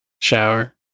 shower